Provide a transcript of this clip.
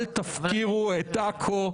אל תפקירו את עכו.